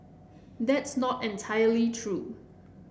that's not entirely true